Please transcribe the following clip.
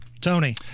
Tony